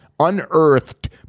unearthed